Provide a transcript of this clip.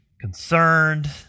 concerned